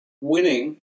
winning